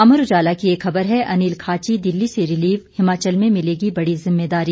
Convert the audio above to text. अमर उजाला की एक खबर है अनिल खाची दिल्ली से रिलीव हिमाचल में मिलेगी बड़ी जिम्मेदारी